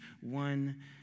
one